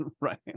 right